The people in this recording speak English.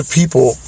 people